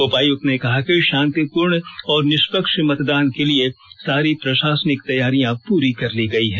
उपायुक्त ने कहा कि शांतिपूर्ण और निष्पक्ष मतदान के लिए सारी प्रशासनिक तैयारियां पूरी कर ली गई हैं